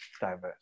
diverse